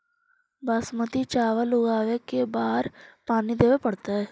बासमती चावल उगावेला के बार पानी देवे पड़तै?